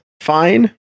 Fine